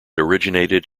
originated